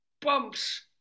bumps